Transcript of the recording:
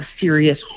serious